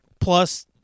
Plus